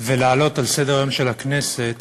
ולהעלות על סדר-היום של הכנסת